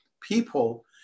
people